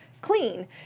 clean